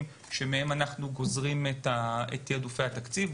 שמהם אנחנו גוזרים את תעדופי התקציב.